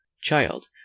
Child